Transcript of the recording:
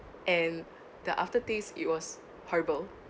and the after taste it was horrible